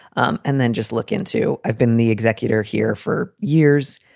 um and then just look into i've been the executor here for years.